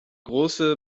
große